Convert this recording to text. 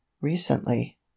recently